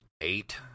eight